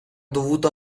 dovuto